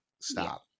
stop